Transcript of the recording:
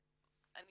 אני